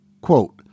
Quote